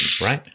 right